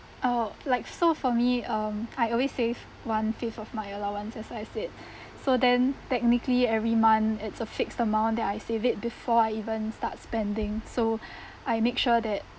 oh like so for me um I always save one fifth of my allowance as I said so then technically every month it's a fixed amount that I save it before I even start spending so I make sure that